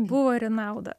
buvo ir į naudą